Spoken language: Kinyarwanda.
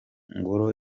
ngoro